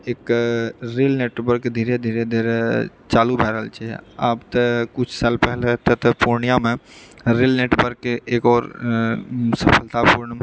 एक rail network धीरे धीरे धीरे चालू भए रहल छै आब तऽ किछु साल पहिले एतऽ तऽ पूर्णियामे रेल नेटवर्कके एक आओर